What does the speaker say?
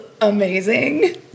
amazing